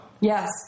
Yes